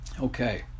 Okay